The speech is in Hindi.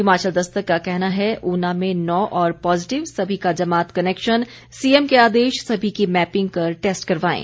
हिमाचल दस्तक का कहना है ऊना में नौ और पॉजिटिव सभी का जमात कनेक्शन सीएम के आदेश सभी की मैपिंग कर टेस्ट करवाएं